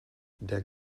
der